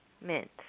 mint